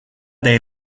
dei